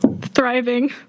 thriving